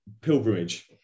pilgrimage